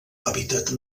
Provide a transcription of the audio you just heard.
hàbitat